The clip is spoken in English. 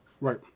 Right